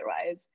otherwise